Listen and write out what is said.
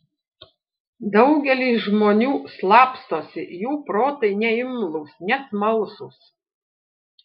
daugelis žmonių slapstosi jų protai neimlūs nesmalsūs